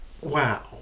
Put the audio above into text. Wow